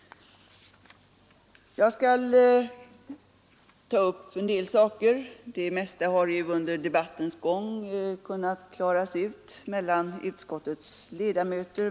Jag skall ta upp en del saker — det mesta har ju under debattens gång kunnat klaras ut mellan utskottets ledamöter.